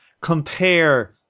compare